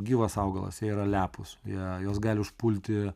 gyvas augalas jie yra lepūs jie juos gali užpulti